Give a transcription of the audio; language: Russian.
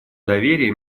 доверия